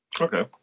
okay